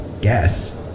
guess